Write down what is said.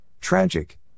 tragic